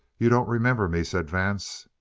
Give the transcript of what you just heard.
you don't remember me, said vance.